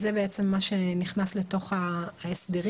זה בעצם מה שנכנס לתוך ההסדרים.